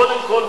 קודם כול,